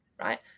right